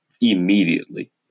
immediately